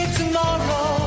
tomorrow